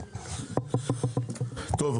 טוב,